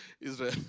Israel